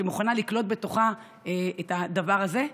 שמוכנה לקלוט בתוכה את הדבר הזה.